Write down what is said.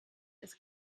ist